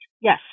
Yes